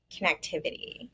connectivity